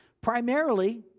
primarily